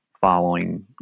following